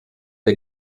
der